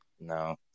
No